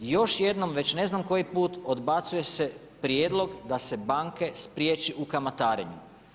I još jednom već ne znam koji put odbacuje se prijedlog da se banke spriječi u kamatarenju.